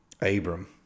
Abram